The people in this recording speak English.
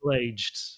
aged